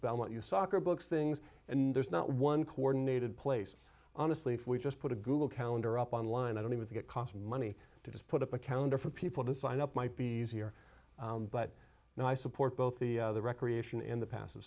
belmont you soccer books things and there's not one coordinated place honestly if we just put a google calendar up online i don't even think it costs money to just put up a counter for people to sign up might be easier but now i support both the recreation and the pas